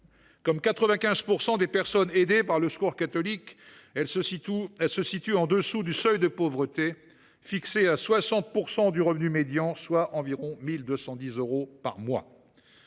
Comme 95 % des personnes aidées par le Secours catholique, elle se situe en dessous du seuil de pauvreté, fixé à 60 % du revenu médian, soit à environ 1 210 euros par mois.